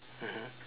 mmhmm